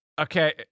Okay